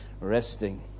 resting